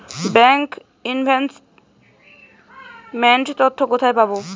Bank investment তথ্য কোথায় পাব?